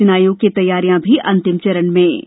निर्वाचन आयोग की तैयारियां भी अंतिम चरण में